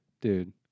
dude